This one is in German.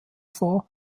vor